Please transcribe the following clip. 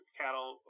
cattle